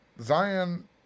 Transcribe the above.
Zion